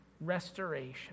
Restoration